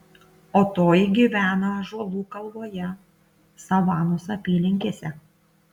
o toji gyvena ąžuolų kalvoje savanos apylinkėse